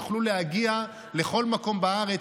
יוכלו להגיע לכל מקום בארץ,